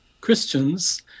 Christians